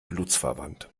blutsverwandt